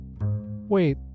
Wait